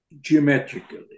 geometrically